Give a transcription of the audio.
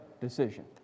decision